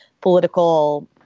political